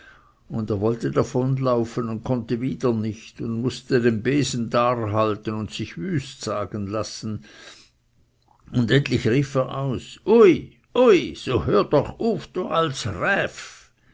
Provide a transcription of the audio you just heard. und er wollte davonlaufen und konnte wieder nicht und mußte dem besen darhalten und sich wüst sagen lassen und endlich rief er aus uy uy su hör doch du alts räf